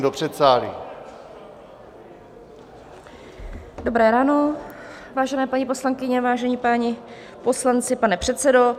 Dobré ráno, vážené paní poslankyně, vážení páni poslanci, pane předsedo.